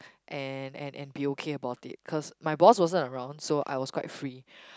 and and and be okay about it cause my boss wasn't around so I was quite free